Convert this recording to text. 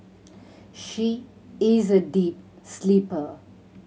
she is a deep sleeper